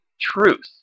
truth